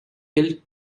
killed